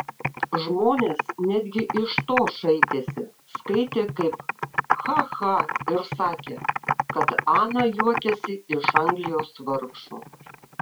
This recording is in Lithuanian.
žmonės netgi iš to šaipėsi skaitė kaip ha ha ir sakė kad ana juokiasi iš anglijos vargšų